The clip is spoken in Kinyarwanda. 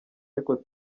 ariko